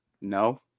No